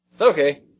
Okay